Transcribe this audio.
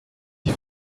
die